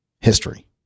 history